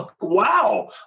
wow